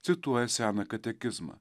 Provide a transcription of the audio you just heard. cituoja seną katekizmą